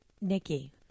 Nikki